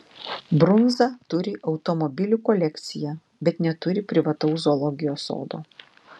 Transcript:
brunza turi automobilių kolekciją bet neturi privataus zoologijos sodo